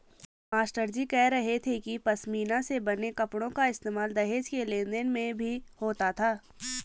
मास्टरजी कह रहे थे कि पशमीना से बने कपड़ों का इस्तेमाल दहेज के लेन देन में भी होता था